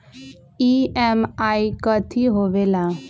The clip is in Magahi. ई.एम.आई कथी होवेले?